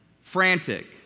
Frantic